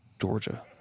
georgia